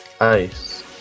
Ice